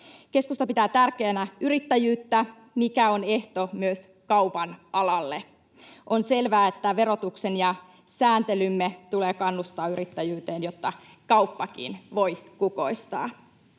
Keskusta pitää tärkeänä yrittäjyyttä, mikä on ehto myös kaupan alalle. On selvää, että verotuksen ja sääntelymme tulee kannustaa yrittäjyyteen, jotta kauppakin voi kukoistaa.